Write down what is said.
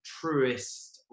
truest